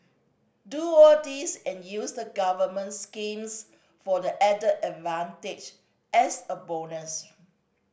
do all this and use the government schemes for the added advantage as a bonus